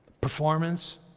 performance